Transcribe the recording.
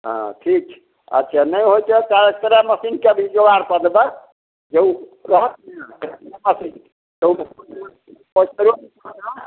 हँ ठीक छै अच्छे नहि होइत छै तऽ एक्सरे मशीनके भी जोगार कऽ देबऽ जे ओ कहत ने अहाँके अथी तऽ ओ एक्सरे कऽ देबऽ